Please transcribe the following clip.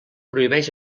prohibeix